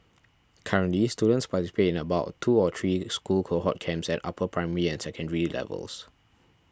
currently students participate in about two or three school cohort camps at upper primary and secondary levels